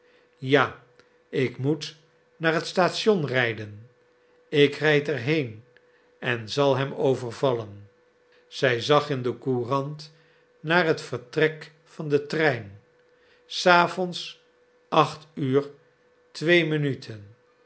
ja ik moet naar het station rijden ik rijd er heen en zal hem overvallen zij zag in de courant naar het vertrek van den trein s avonds acht uur twee minuten